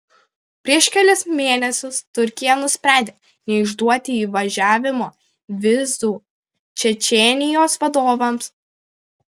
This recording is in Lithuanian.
prieš kelis mėnesius turkija nusprendė neišduoti įvažiavimo vizų čečėnijos vadovams